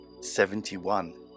Seventy-one